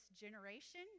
generation